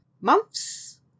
months